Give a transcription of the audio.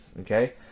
okay